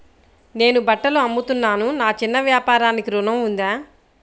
నేను బట్టలు అమ్ముతున్నాను, నా చిన్న వ్యాపారానికి ఋణం ఉందా?